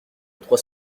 trois